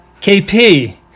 KP